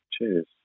cheers